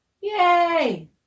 Yay